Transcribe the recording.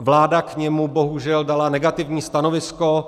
Vláda k němu bohužel dala negativní stanovisko.